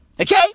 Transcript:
Okay